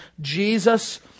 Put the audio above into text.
Jesus